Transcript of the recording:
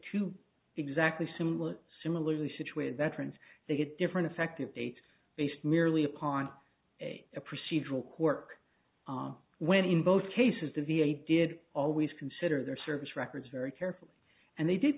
to exactly similar similarly situated veterans to get different effective date based merely upon a a procedural quirk on when in both cases the v a did always consider their service records very carefully and they did